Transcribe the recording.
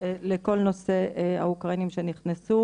לכל נושא האוקראינים שנכנסו